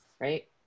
Right